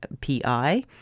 P-I